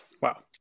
Wow